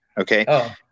Okay